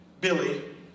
Billy